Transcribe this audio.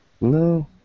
no